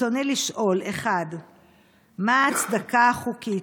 רצוני לשאול: 1. מה ההצדקה החוקית?